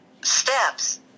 steps